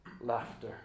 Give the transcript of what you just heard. Laughter